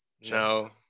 No